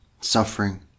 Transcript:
suffering